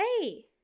Hey